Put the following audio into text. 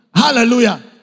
Hallelujah